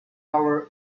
our